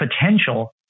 potential